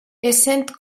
essent